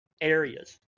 areas